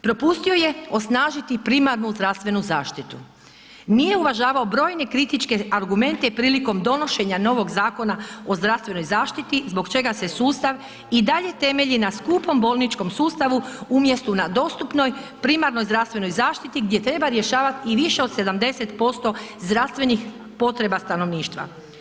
Propustio je osnažiti primarnu zdravstvenu zaštitu, nije uvažavao brojne kritičke argumente prilikom donošenja novog Zakona o zdravstvenoj zaštiti zbog čega se sustav i dalje temelji na skupom bolničkom sustavu umjesto na dostupnoj primarnoj zdravstvenoj zaštiti gdje treba rješavati i više od 70% zdravstvenih potreba stanovništva.